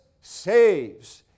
saves